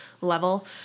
level